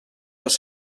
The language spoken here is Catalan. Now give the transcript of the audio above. dos